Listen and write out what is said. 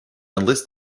enlist